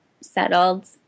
settled